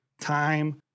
time